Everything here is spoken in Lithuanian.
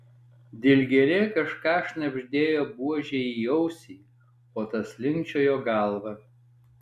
dilgėlė kažką šnabždėjo buožei į ausį o tas linkčiojo galva